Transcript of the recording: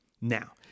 now